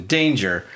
danger